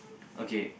okay